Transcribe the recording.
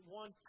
one